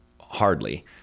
hardly